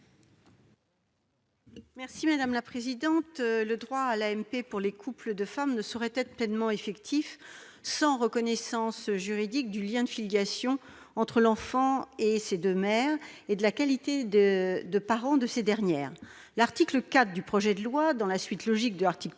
sur l'article. Le droit à l'AMP pour les couples de femmes ne saurait être pleinement effectif sans une reconnaissance juridique du lien de filiation entre l'enfant et ses deux mères et de la qualité de parents de ces dernières. Dans la suite logique de l'article 1,